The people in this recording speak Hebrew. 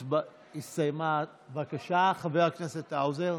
הסתיימה, בבקשה, חבר הכנסת האוזר.